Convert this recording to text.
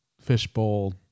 fishbowl